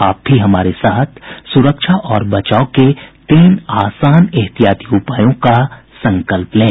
आप भी हमारे साथ सुरक्षा और बचाव के तीन आसान एहतियाती उपायों का संकल्प लें